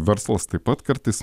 verslas taip pat kartais